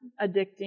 addicting